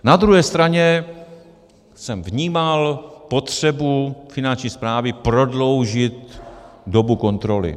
Na druhé straně jsem vnímal potřebu Finanční správy prodloužit dobu kontroly.